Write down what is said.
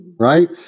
right